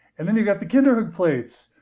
and then, you've got the kinderhook plates,